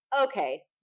okay